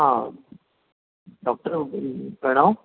हां डॉक्टर प्रणव